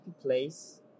place